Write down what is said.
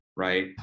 right